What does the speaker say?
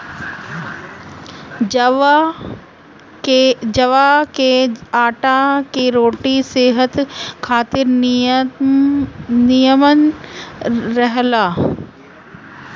जव के आटा के रोटी सेहत खातिर निमन रहेला